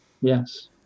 Yes